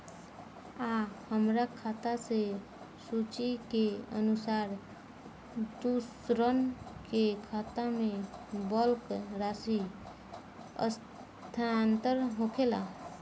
आ हमरा खाता से सूची के अनुसार दूसरन के खाता में बल्क राशि स्थानान्तर होखेला?